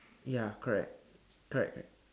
ya correct correct correct